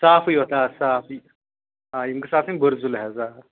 صافٕے یوت آ صاف یہِ آ یِم گٔژھ آسٕنۍ بُرزُلۍ حظ آ